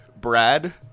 Brad